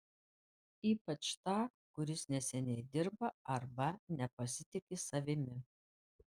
ypač tą kuris neseniai dirba arba nepasitiki savimi